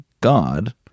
God